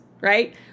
right